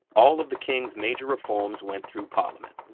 all of the king's major reforms went through parliament.